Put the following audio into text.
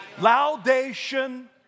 Laudation